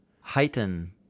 heighten